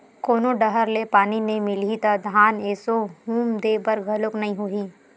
कोनो डहर ले पानी नइ मिलही त धान एसो हुम दे बर घलोक नइ होही